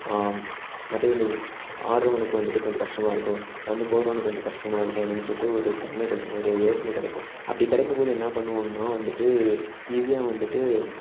மட்டைப்பந்து ஆடுறவனுக்கு வந்துட்டு கொஞ்சம் கஷ்டமா இருக்கும் பந்து போடுறவனுக்கு கொஞ்சம் கஷ்டமா இருக்கும் அப்படின்னு சொல்லிட்டு ஒரு தன்மைகள் ஒரு யோசனை கிடைக்கும் அப்படி கிடைக்கும் போது என்ன பண்ணுவோன்னால் வந்துட்டு ஈஸியாக வந்துட்டு